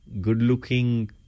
good-looking